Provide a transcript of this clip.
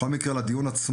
בכל מקרה, לנושא הדיון עצמו,